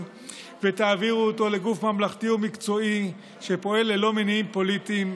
ותעבירו אותו לגוף ממלכתי ומקצועי שפועל ללא מניעים פוליטיים.